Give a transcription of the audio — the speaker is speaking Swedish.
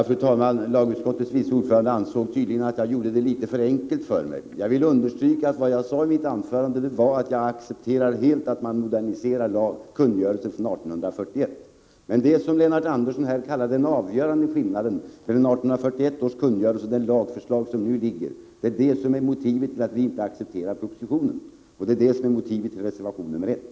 Fru talman! Lagutskottets vice ordförande ansåg tydligen att jag gjorde det litet för enkelt för mig. Jag vill understryka att vad jag sade i mitt anförande var att jag helt accepterar att man moderniserar kungörelsen från 1841. Det som Lennart Andersson kallar för den avgörande skillnaden mellan 1841 års kungörelse och det lagförslag som nu föreligger är just motivet till att vi inte accepterar propositionen, och detta är också motivet till reservation 1.